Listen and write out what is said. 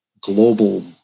global